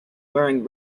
wearing